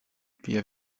wir